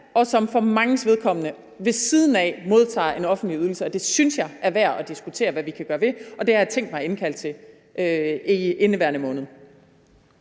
og som i mange tilfælde ved siden af modtager en offentlig ydelse, og det synes jeg er værd at diskutere hvad vi kan gøre ved, og det har jeg tænkt mig at indkalde til møde om i indeværende måned.